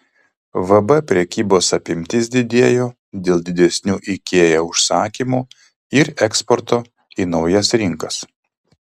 vb prekybos apimtis didėjo dėl didesnių ikea užsakymų ir eksporto į naujas rinkas